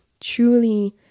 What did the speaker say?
truly